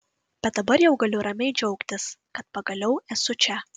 bet dabar jau galiu ramiai džiaugtis kad pagaliau esu čia